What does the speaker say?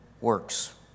works